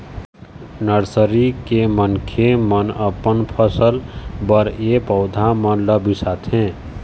nursery के मनखे मन अपन फसल बर ए पउधा मन ल बिसाथे